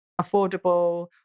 affordable